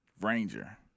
Ranger